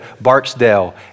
Barksdale